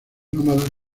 nómadas